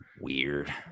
weird